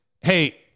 hey